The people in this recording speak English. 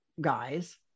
guys